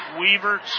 Weaver